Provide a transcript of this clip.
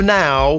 now